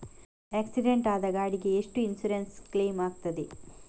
Accident ಆದ ಗಾಡಿಗೆ ಎಷ್ಟು ಇನ್ಸೂರೆನ್ಸ್ ಕ್ಲೇಮ್ ಆಗ್ತದೆ?